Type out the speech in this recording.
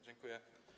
Dziękuję.